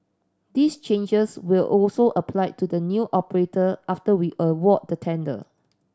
these changes will also apply to the new operator after we award the tender